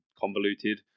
convoluted